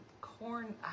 Corn